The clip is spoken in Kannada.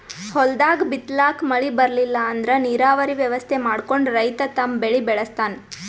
ಹೊಲ್ದಾಗ್ ಬಿತ್ತಲಾಕ್ ಮಳಿ ಬರ್ಲಿಲ್ಲ ಅಂದ್ರ ನೀರಾವರಿ ವ್ಯವಸ್ಥೆ ಮಾಡ್ಕೊಂಡ್ ರೈತ ತಮ್ ಬೆಳಿ ಬೆಳಸ್ತಾನ್